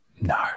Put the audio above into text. No